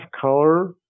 color